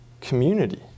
community